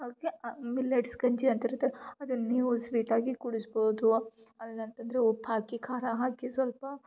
ಹಾಗಾಗಿ ಆ ಮಿಲ್ಲೆಟ್ಸ್ ಗಂಜಿ ಅಂತಿರುತ್ತೆ ಅದನ್ನು ನೀವು ಸ್ವೀಟಾಗಿ ಕುಡಿಸ್ಬೌದು ಅಲ್ಲಂತಂದರೆ ಉಪ್ಪು ಹಾಕಿ ಖಾರ ಹಾಕಿ ಸ್ವಲ್ಪ